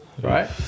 Right